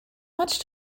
much